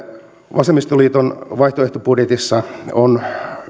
vasemmistoliiton vaihtoehtobudjetissa on